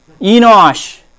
Enosh